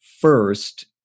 first